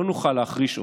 לא נוכל להחריש עוד.